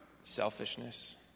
selfishness